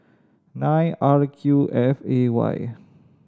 nine R Q F A Y